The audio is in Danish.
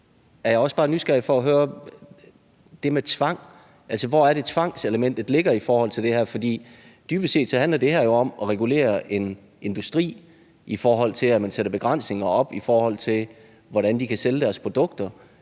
er jeg også bare nysgerrig efter at høre, hvor det er, tvangselementet ligger i forhold til det her. Dybest set handler det her jo om at regulere en industri, ved at man sætter begrænsninger op, med hensyn til hvordan de kan sælge deres produkter,